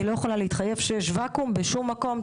אני לא יכולה להתחייב שיש וואקום בשום מקום,